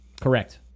Correct